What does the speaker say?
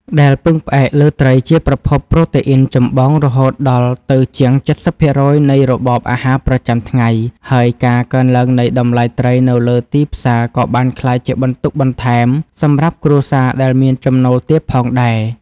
ដែលពឹងផ្អែកលើត្រីជាប្រភពប្រូតេអ៊ីនចម្បងរហូតដល់ទៅជាង ៧០ ភាគរយនៃរបបអាហារប្រចាំថ្ងៃ ហើយការកើនឡើងនៃតម្លៃត្រីនៅលើទីផ្សារក៏បានក្លាយជាបន្ទុកបន្ថែមសម្រាប់គ្រួសារដែលមានចំណូលទាបផងដែរ។